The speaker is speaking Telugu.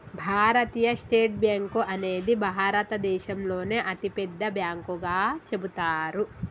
భారతీయ స్టేట్ బ్యేంకు అనేది భారతదేశంలోనే అతిపెద్ద బ్యాంకుగా చెబుతారు